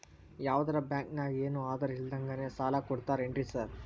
ಯಾವದರಾ ಬ್ಯಾಂಕ್ ನಾಗ ಏನು ಆಧಾರ್ ಇಲ್ದಂಗನೆ ಸಾಲ ಕೊಡ್ತಾರೆನ್ರಿ ಸಾರ್?